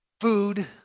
food